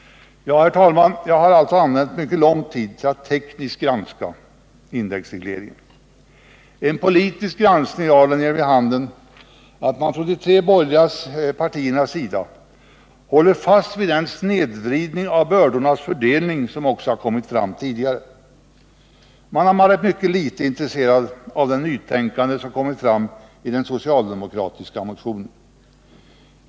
Herr talman! Jag har använt ganska lång tid till att tekniskt granska indexregleringen. En politisk granskning av den ger vid handen att de tre borgerliga partierna håller fast vid den snedvridning av bördornas fördelning som också kommit fram tidigare. De har varit mycket litet intresserade av det nytänkande som kommit till uttryck i den socialdemokratiska motionen.